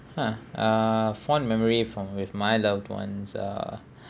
ah uh fond memory from with my loved ones are